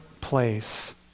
place